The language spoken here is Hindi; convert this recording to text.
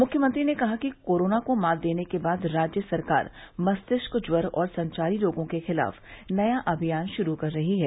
मुख्यमंत्री ने कहा कि कोरोना को मात देने के बाद राज्य सरकार मस्तिष्क ज्वर और संचारी रोगों के खिलाफ नया अभियान शुरू कर रही है